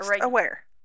aware